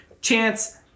Chance